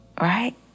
Right